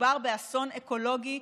מדובר באסון אקולוגי,